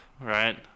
right